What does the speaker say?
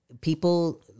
people